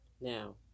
Now